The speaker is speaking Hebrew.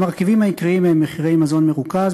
המרכיבים העיקריים הם: מחירי מזון מרוכז,